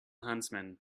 huntsman